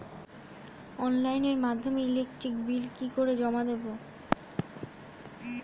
অনলাইনের মাধ্যমে electric bill কি করে জমা দেবো?